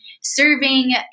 serving